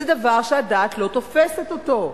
זה דבר שהדעת לא תופסת אותו.